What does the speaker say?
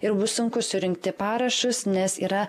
ir bus sunku surinkti parašus nes yra